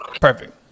Perfect